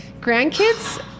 grandkids